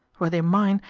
were they mine,